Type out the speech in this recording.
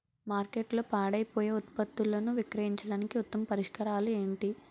మార్కెట్లో పాడైపోయే ఉత్పత్తులను విక్రయించడానికి ఉత్తమ పరిష్కారాలు ఏంటి?